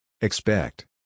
Expect